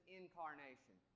incarnation